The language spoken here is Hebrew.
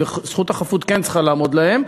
וזכות החפות כן צריכה לעמוד להם,